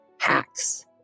hacks